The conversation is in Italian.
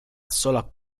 sola